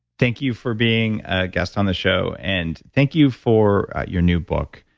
thank you for being a guest on the show, and thank you for your new book.